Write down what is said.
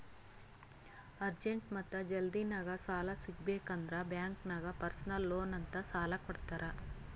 urgent ಮತ್ತ ಜಲ್ದಿನಾಗ್ ಸಾಲ ಸಿಗಬೇಕ್ ಅಂದುರ್ ಬ್ಯಾಂಕ್ ನಾಗ್ ಪರ್ಸನಲ್ ಲೋನ್ ಅಂತ್ ಸಾಲಾ ಕೊಡ್ತಾರ್